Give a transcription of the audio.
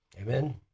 amen